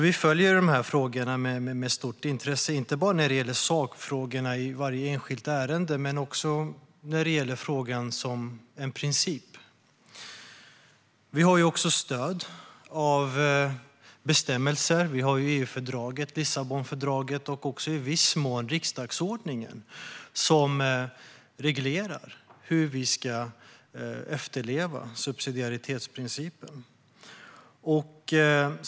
Vi följer de här frågorna med stort intresse, inte bara när det gäller sakfrågorna i varje enskilt ärende utan när det gäller frågan som princip. Vi har också stöd av bestämmelser. Vi har EU-fördraget, Lissabonfördraget och också i viss mån riksdagsordningen som reglerar hur vi ska efterleva subsidiaritetsprincipen.